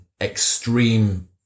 extreme